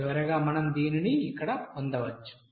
చివరగా మనం దీనిని ఇక్కడ పొందవచ్చు